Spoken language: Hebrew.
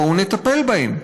בואו נטפל בהן,